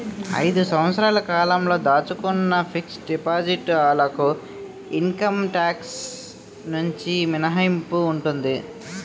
ఐదు సంవత్సరాల కాలంతో దాచుకున్న ఫిక్స్ డిపాజిట్ లకు ఇన్కమ్ టాక్స్ నుంచి మినహాయింపు ఉంటుంది